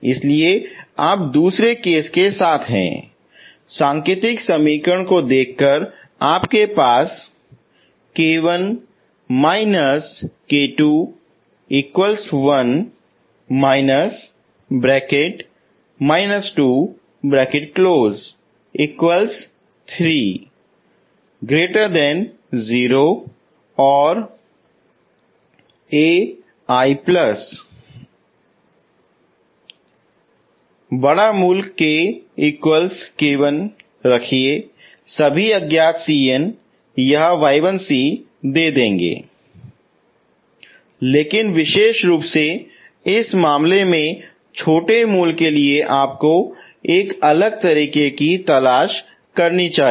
इसीलिए आप केस 2 के साथ हैं सांकेतिक समीकरण को देखकर आपके पास बड़ा मूल k k1रखो सभी अज्ञात Cn यह y1 दे देंगे लेकिन विशेष रूप से इस मामले में छोटे मूल के लिए आपको एक अलग तरीके की तलाश करनी चाहिए